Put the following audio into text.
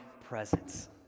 presence